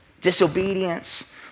disobedience